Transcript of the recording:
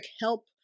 help